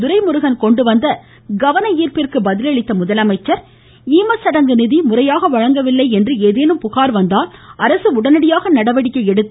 துரைமுருகன் கொண்டு வந்த கவனஈ்ப்பிற்கு பதில் அளித்த அவர் ஈமச்சடங்கு நிதி முறையாக வழங்கவில்லை என்று ஏதேனும் புகார் வந்தால் அரசு உடனடியாக நடவடிக்கை எடுத்து